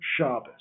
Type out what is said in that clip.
Shabbos